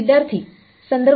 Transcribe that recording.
विद्यार्थीः